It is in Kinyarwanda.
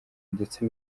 ndetse